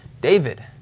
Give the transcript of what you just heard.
David